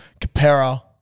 Capera